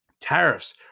Tariffs